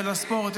ולספורט,